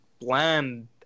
bland